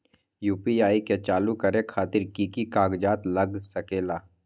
UPI के चालु करे खातीर कि की कागज़ात लग सकेला?